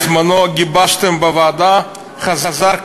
שותף בוועדת בר-און על ברית הזוגיות,